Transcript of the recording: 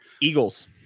Eagles